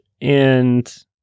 and-